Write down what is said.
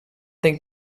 think